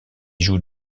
joue